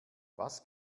was